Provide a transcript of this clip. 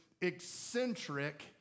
eccentric